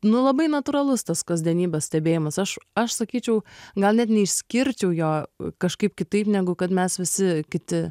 nu labai natūralus tas kasdienybės stebėjimas aš aš sakyčiau gal net neišskirčiau jo kažkaip kitaip negu kad mes visi kiti